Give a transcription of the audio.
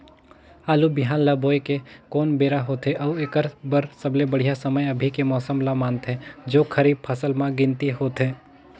आलू बिहान ल बोये के कोन बेरा होथे अउ एकर बर सबले बढ़िया समय अभी के मौसम ल मानथें जो खरीफ फसल म गिनती होथै?